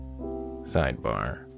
Sidebar